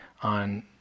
on